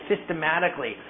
systematically